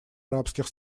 арабских